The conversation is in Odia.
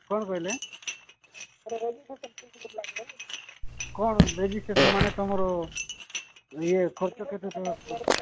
କ'ଣ କହିଲେ କ'ଣ ରେଜିଷ୍ଟ୍ରେସନ୍ ମାନେ ତୁମର ଇଏ ଖର୍ଚ୍ଚ କେତେ ତ